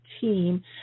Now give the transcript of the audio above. team